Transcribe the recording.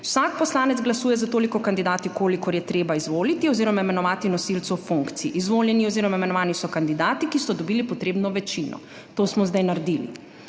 »Vsak poslanec glasuje za toliko kandidatov, kolikor je treba izvoliti oziroma imenovati nosilcev funkcij. Izvoljeni oziroma imenovani so kandidati, ki so dobili potrebno večino.« To smo zdaj naredili.